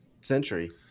Century